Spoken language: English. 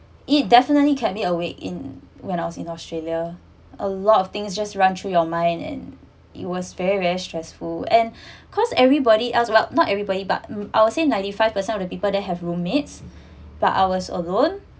it definitely kept me awake in when I was in australia a lot of things just run through your mind and it was very very stressful and cause everybody else well not everybody but I will say ninety five percent of the people that have roommates but I was alone